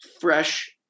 fresh